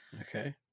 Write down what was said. Okay